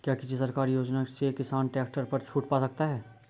क्या किसी सरकारी योजना से किसान ट्रैक्टर पर छूट पा सकता है?